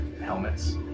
helmets